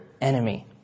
enemy